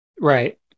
Right